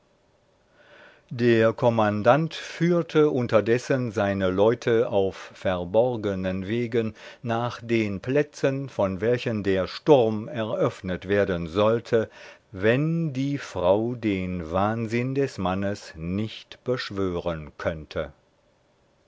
der kommandant führte unterdessen seine leute auf verborgenen wegen nach den plätzen von welchen der sturm eröffnet werden sollte wenn die frau den wahnsinn des mannes nicht beschwören könnte